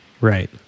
Right